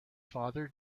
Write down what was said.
father